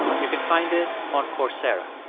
you can find it on coursera.